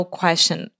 question